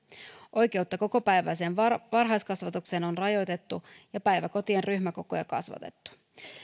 oikeutta kokopäiväiseen varhaiskasvatukseen on rajoitettu ja päiväkotien ryhmäkokoja kasvatettu